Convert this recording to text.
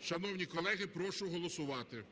Шановні колеги, прошу голосувати.